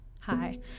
Hi